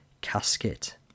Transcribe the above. casket